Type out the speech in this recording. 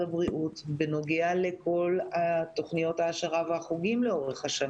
הבריאות בנוגע לכל תוכניות ההכשרה והחוגים לאורך השנה.